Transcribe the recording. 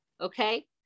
okay